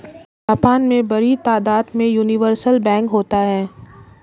Japan में बड़ी तादाद में यूनिवर्सल बैंक होते हैं